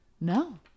no